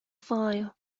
fire